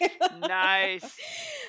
Nice